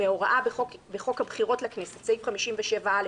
מהוראה בחוק הבחירות לכנסת סעיף 57א,